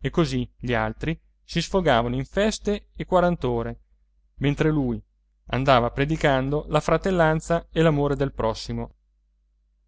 e così gli altri si sfogavano in feste e quarant'ore mentre lui andava predicando la fratellanza e l'amore del prossimo